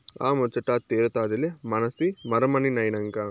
ఆ ముచ్చటా తీరతాదిలే మనసి మరమనినైనంక